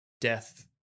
death